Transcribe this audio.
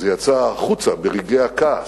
זה יצא החוצה ברגעי הכעס.